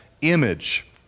image